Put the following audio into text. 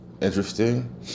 interesting